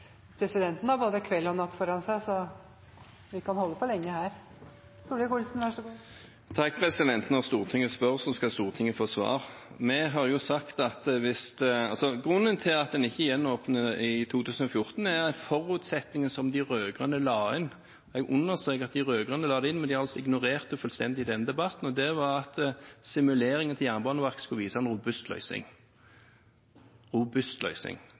Presidenten har både kveld og natt foran seg, så vi kan holde på lenge her. Når Stortinget spør, skal Stortinget få svar. Grunnen til at en ikke gjenåpner i 2014, er at forutsetningen som de rød-grønne la inn – jeg understreker at de rød-grønne la det inn, men de har altså ignorert det fullstendig i denne debatten – var at simuleringen til Jernbaneverket skulle vise en robust